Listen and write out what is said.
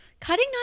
Cutting